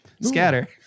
scatter